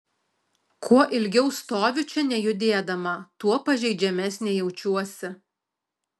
kuo ilgiau stoviu čia nejudėdama tuo pažeidžiamesnė jaučiuosi